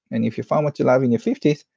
and if you find what you love in your fifty s,